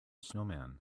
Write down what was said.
snowman